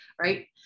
right